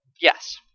Yes